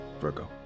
Virgo